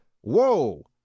whoa